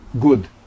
good